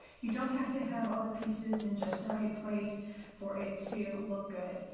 you don't have to have all the pieces in just the right place for it to look good.